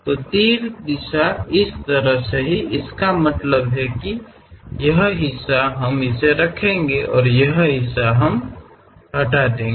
तो तीर दिशा इस तरह से है इसका मतलब है कि यह हिस्सा हम इसे रखेंगे और यह हिस्सा हम इसे हटा देंगे